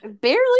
Barely